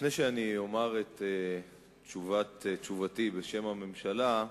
לפני שאומר את תשובתי בשם הממשלה,